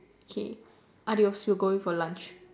okay adios we going for lunch